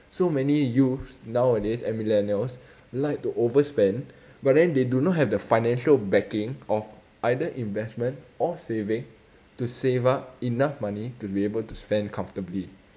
so many youths nowadays and millennials like to overspend but then they do not have the financial backing of either investment or saving to save up enough money to be able to spend comfortably